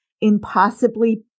impossibly